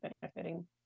benefiting